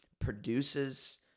produces